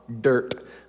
dirt